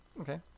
okay